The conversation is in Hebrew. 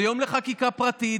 זה יום לחקיקה פרטית,